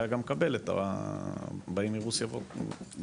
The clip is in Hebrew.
היה גם מקבל את העולים מרוסיה ובלרוס.